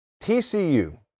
TCU